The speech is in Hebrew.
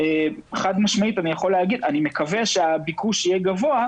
אני מקווה שהביקוש יהיה גבוה.